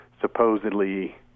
supposedly